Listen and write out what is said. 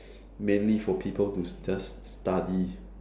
mainly for people to just study